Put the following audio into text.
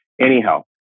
anyhow